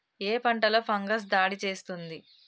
ఏ పంటలో ఫంగస్ దాడి చేస్తుంది?